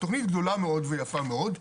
תכנית גדולה מאוד ויפה מאוד,